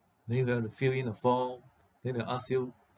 then you got to fill in the form then they'll ask you